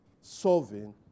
Solving